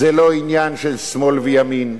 זה לא עניין של שמאל וימין,